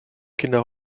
kinder